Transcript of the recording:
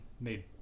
made